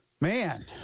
Man